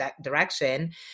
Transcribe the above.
direction